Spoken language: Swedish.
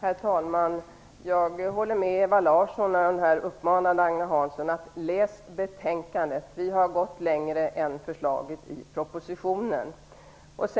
Herr talman! Jag håller med Ewa Larsson när hon här uppmanar Agne Hansson att läsa betänkandet. Vi har gått längre än förslaget i propositionen.